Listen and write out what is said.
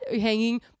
hanging